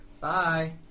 Bye